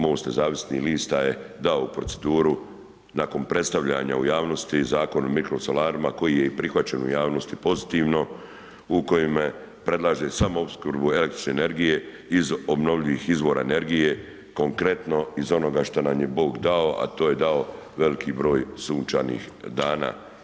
MOST nezavisnih lista je dao u proceduru nakon predstavljanja u javnosti zakon o mikrosolarima koji je i prihvaćen u javnosti pozitivno u kojemu predlaže samoopskrbu električne energije iz obnovljivih energije, konkretno iz onoga šta nam je Bog dao a to je dao veliki broj sunčanih dana.